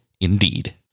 Indeed